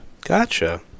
Gotcha